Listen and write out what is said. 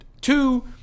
Two